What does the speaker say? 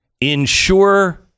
Ensure